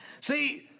See